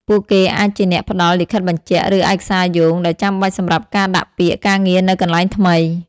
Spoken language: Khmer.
ពួកគេអាចជាអ្នកផ្តល់ លិខិតបញ្ជាក់ ឬឯកសារយោង ដែលចាំបាច់សម្រាប់ការដាក់ពាក្យការងារនៅកន្លែងថ្មី។